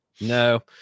No